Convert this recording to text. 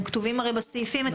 הם כתובים בסעיפים.